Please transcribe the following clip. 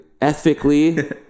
ethically